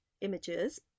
images